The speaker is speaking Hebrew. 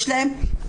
יש להן,